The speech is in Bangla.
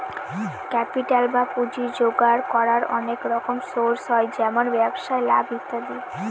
ক্যাপিটাল বা পুঁজি জোগাড় করার অনেক রকম সোর্স হয় যেমন ব্যবসায় লাভ ইত্যাদি